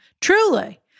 truly